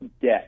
debt